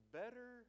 better